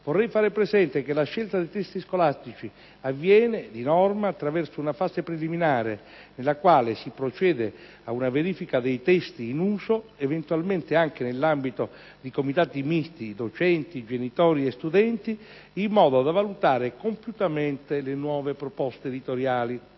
vorrei far presente che la scelta dei testi scolastici avviene, di norma, attraverso una fase preliminare, nella quale si procede ad una verifica dei testi in uso, eventualmente anche nell'ambito di comitati misti docenti, genitori e studenti, in modo da valutare compiutamente le nuove proposte editoriali.